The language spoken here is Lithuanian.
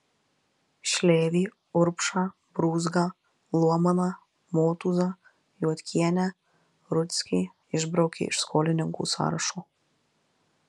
šlėvį urbšą brūzgą luomaną motūzą juodkienę rudzkį išbraukė iš skolininkų sąrašo